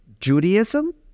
Judaism